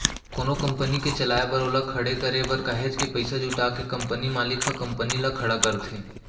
कोनो कंपनी के चलाए बर ओला खड़े करे बर काहेच के पइसा जुटा के कंपनी मालिक ह कंपनी ल खड़ा करथे